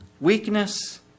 Weakness